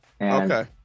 Okay